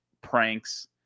pranks